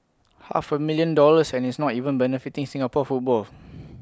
half A million dollars and it's not even benefiting Singapore football